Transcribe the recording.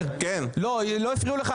ולדימיר, לא הפריעו לך.